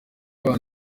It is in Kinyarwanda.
kandi